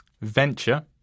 venture